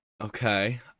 Okay